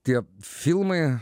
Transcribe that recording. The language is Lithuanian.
tie filmai